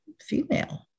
female